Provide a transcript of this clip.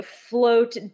float